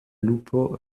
lupo